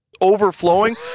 overflowing